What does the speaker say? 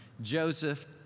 Joseph